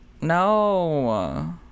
no